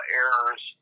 errors